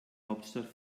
hauptstadt